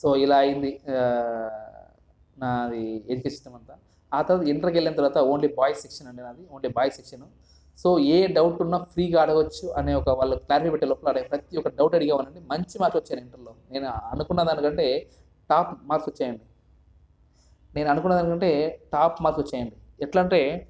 so ఇలా అయ్యింది నాది ఎడ్యుకేషన్ సిస్టం అంతా ఆ తర్వాత ఇంటర్కి వెళ్ళిన తర్వాత ఓన్లీ బాయ్స్ సెక్షన్ అండి నాది ఓన్లీ బాయ్స్ సెక్షన్ సో ఏ డౌట్ ఉన్న ఫ్రీగా అడగొచ్చు అనే వాళ్ళు ఒక క్లారిటీ పెట్టే లోపల ప్రతి ఒక్క డౌట్ అడిగేవాడిని మంచి మార్కులు వచ్చాయి ఇంటర్లో నేను అనుకున్న దానికంటే టాప్ మార్క్స్ వచ్చాయండి నేను అనుకున్న దానికంటే టాప్ మార్క్స్ వచ్చాయండి ఎట్లా అంటే